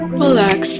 relax